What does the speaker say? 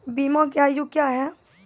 बीमा के आयु क्या हैं?